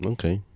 Okay